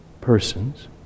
persons